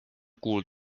kuul